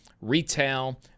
retail